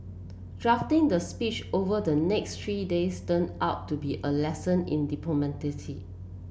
drafting the speech over the next three days turned out to be a lesson in